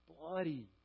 Bloody